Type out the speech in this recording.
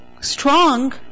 strong